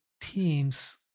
teams